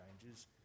changes